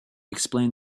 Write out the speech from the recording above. explained